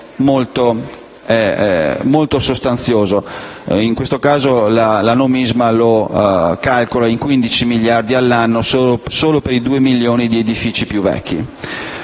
molto sostanzioso (in questo caso la Nomisma lo calcola in 15 miliardi all'anno solo per i due milioni di edifici più vecchi).